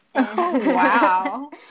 wow